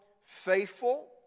Faithful